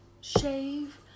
shave